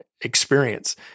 experience